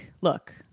look